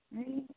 है